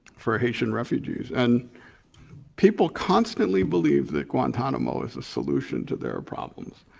for haitian refugees. and people constantly believe that guantanamo is a solution to their problem,